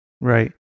Right